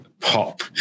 pop